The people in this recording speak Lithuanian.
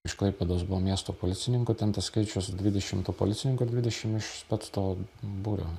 iš klaipėdos miesto policininkų ten tas skaičius dvidešimt tų policininkų ir dvidešimt iš spec to būrio